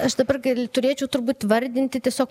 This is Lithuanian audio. aš dabar gal turėčiau turbūt vardinti tiesiog